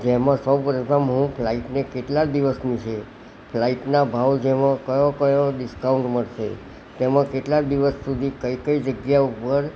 જેમાં સૌ પ્રથમ હું ફલાઈટને કેટલા દિવસની છે ફ્લાઇટના ભાવ જેમાં કયા કયા ડિસ્કાઉન્ટ મળશે તેમાંથી તેમાં કેટલા દિવસ સુધી કઈ કઈ જગ્યા ઉપર